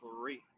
Three